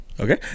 Okay